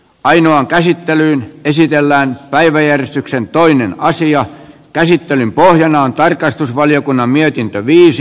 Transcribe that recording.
painoaan käsittelyyn esitellään päiväjärjestyksen toimiin asian käsittelyn pohjana on tarkastusvaliokunnan mietintö